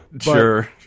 sure